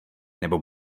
nebo